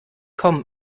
komm